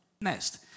Next